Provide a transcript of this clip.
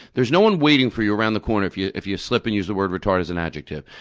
there's no one waiting for you around the corner if you if you slip and use the word retarded as an adjective.